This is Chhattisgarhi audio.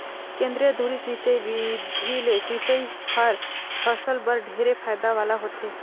केंद्रीय धुरी सिंचई बिधि ले सिंचई हर फसल बर ढेरे फायदा वाला होथे